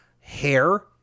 hair